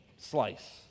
Slice